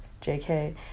JK